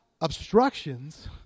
obstructions